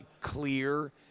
clear